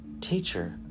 Teacher